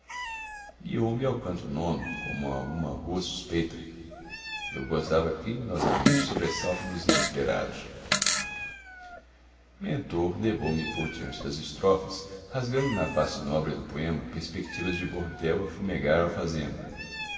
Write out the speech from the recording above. encarecer guiou me ao canto nono como a uma rua suspeita eu gozava criminosamente o sobressalto dos inesperados mentor levou-me por diante das estrofes rasgando na face nobre do poema perspectivas de bordel a fumegar alfazema